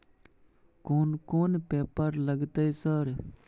कोन कौन पेपर लगतै सर?